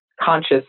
conscious